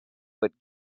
but